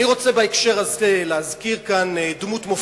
אני רוצה להזכיר כאן בהקשר הזה דמות מופת.